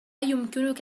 يمكنك